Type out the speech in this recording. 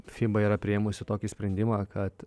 fiba yra priėmusi tokį sprendimą kad